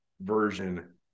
version